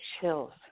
chills